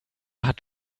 hat